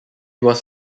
was